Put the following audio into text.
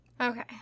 Okay